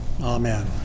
amen